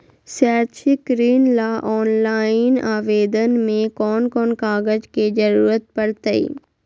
शैक्षिक ऋण ला ऑनलाइन आवेदन में कौन कौन कागज के ज़रूरत पड़तई?